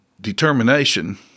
determination